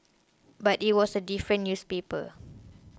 but it was a different newspaper